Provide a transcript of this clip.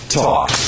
talk